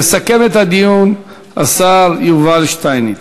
יסכם את הדיון השר יובל שטייניץ.